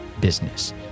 business